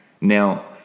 Now